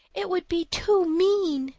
it would be too mean,